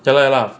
ya lah ya lah